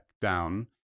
down